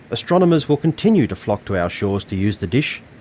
astronomers will continue to flock to our shores to use the dish,